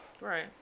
Right